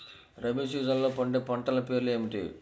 రబీ సీజన్లో పండే పంటల పేర్లు ఏమిటి?